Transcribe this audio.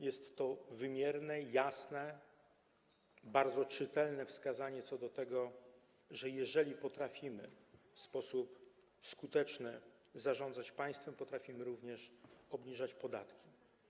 Jest to wymierne, jasne, bardzo czytelne wskazanie, że jeżeli potrafimy w sposób skuteczny zarządzać państwem, to potrafimy również obniżać podatki.